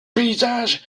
paysage